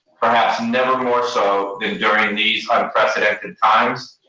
perhaps nevermore so than during these unprecedented times.